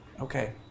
Okay